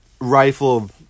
rifle